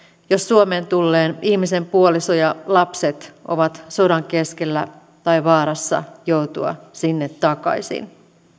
jos suomeen tulleen ihmisen puoliso ja lapset ovat sodan keskellä tai vaarassa joutua sinne takaisin